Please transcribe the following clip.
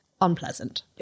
unpleasant